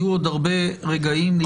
יהיו עוד הרבה רגעים להתחייב.